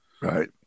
Right